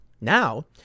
Now